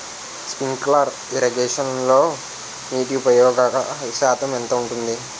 Sprinkler ఇరగేషన్లో నీటి ఉపయోగ శాతం ఎంత ఉంటుంది?